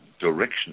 direction